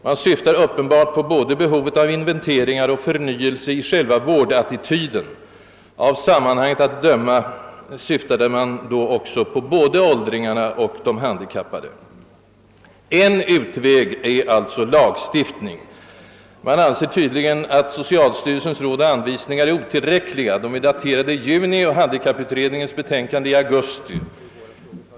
Man syftar uppenbarligen på både behovet av inventeringar och förnyelse i själva vårdattityden. Av textsammanhanget att döma syftar man också både på åldringarna och de handikappade. En utväg ur det allt annat än tillfredsställande vårdläget är alltså lagstiftning. Man anser tydligen inom handikapputredningen att socialstyrelsens råd och anvisningar är helt otillräckliga. De är daterade i juni och utredningens betänkande i augusti.